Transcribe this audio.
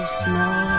snow